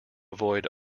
avoid